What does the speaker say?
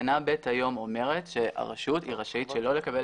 תקנה (ב) היום אומרת שהרשות רשאית שלא לקבל